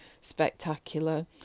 spectacular